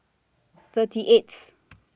thirty eighth